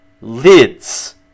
lids